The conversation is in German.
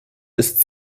ist